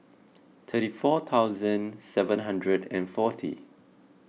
thirty four thousand seven hundred and forty